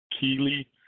Keely